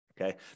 Okay